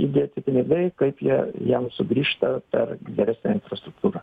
įdėti pinigai kaip jie jiem sugrįžta per geresnę infrastruktūrą